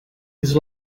his